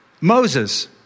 Moses